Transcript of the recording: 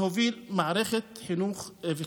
להוביל מערכת חינוך אפקטיבית.